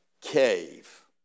cave